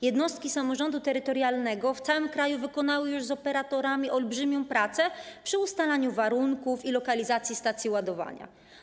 Jednostki samorządu terytorialnego w całym kraju wykonały już z operatorami olbrzymią pracę przy ustalaniu warunków i lokalizacji stacji ładowania.